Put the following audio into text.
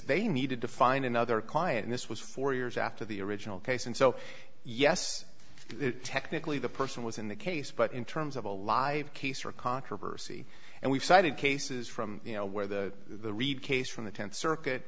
they needed to find another client this was four years after the original case and so yes technically the person was in the case but in terms of a live case or controversy and we've cited cases from you know where the case from the th circuit